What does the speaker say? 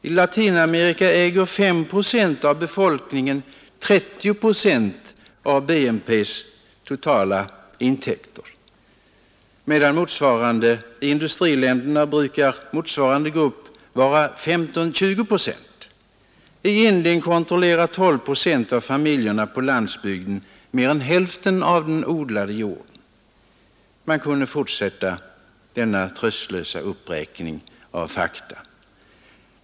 I Latinamerika äger 5 procent av befolkningen 30 procent av BNP:s totala intäkter. I industriländerna brukar motsvarande grupp vara 15—20 procent. I Indien kontrollerar 12 procent av familjerna på landsbygden mer än hälften av den odlade jorden. Man kunde fortsätta denna uppräkning av sådana fakta.